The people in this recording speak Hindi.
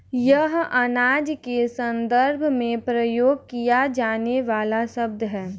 यह अनाज के संदर्भ में प्रयोग किया जाने वाला शब्द है